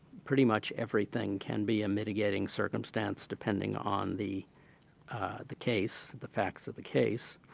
pretty much everything can be a mitigating circumstance depending on the the case, the facts of the case.